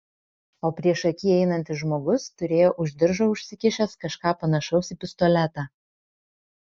o priešaky einantis žmogus turėjo už diržo užsikišęs kažką panašaus į pistoletą